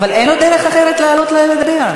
אבל אין לו דרך אחרת לעלות לדבר.